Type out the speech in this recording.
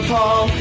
Paul